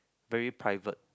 very private